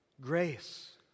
grace